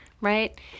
right